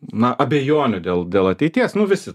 na abejonių dėl dėl ateities nu visi